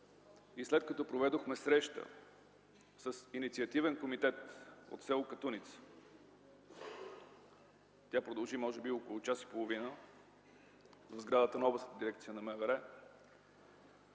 и след като проведохме среща с инициативен комитет от с. Катуница, която продължи може би около час и половина в сградата на Областната дирекция на МВР,